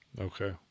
Okay